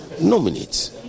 nominate